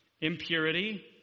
impurity